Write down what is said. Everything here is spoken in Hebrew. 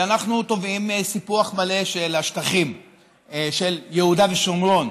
ואנחנו תובעים סיפוח מלא של השטחים של יהודה ושומרון.